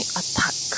attack